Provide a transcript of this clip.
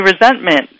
resentment